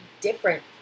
different